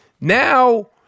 Now